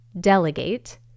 delegate